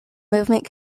movement